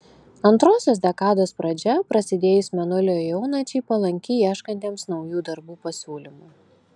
antrosios dekados pradžia prasidėjus mėnulio jaunačiai palanki ieškantiems naujų darbų pasiūlymų